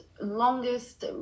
longest